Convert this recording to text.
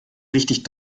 richtig